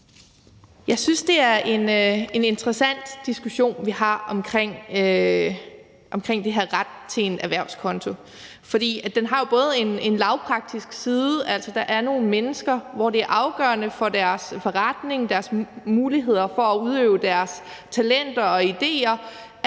Jeg synes, det er en interessant diskussion, vi har omkring det her med ret til en erhvervskonto. For den har jo en lavpraktisk side, altså at der er nogle mennesker, for hvem det er afgørende for deres forretning, deres muligheder for at udfolde deres talenter og idéer,